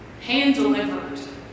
hand-delivered